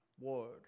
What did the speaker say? Word